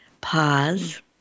pause